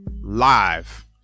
live